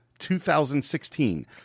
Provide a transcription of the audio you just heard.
2016